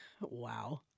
wow